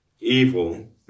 evil